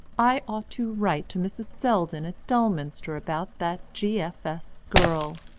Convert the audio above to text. i ought to write to mrs. selldon at dulminster about that g f s. girl!